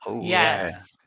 Yes